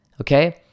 okay